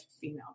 female